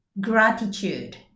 Gratitude